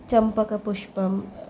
चम्पकपुष्पं